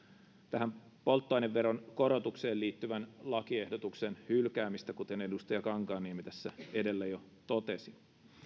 polttoaineveron korotukseen liittyvän lakiehdotuksen hylkäämistä kuten edustaja kankaanniemi tässä edellä jo totesi